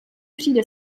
přijde